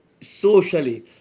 socially